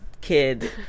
kid